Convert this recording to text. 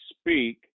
speak